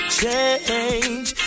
change